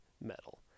metal